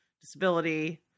disability